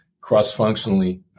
cross-functionally